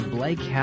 Blake